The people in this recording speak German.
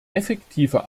effektive